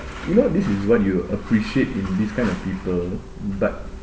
you know this is what you appreciate in this kind of people but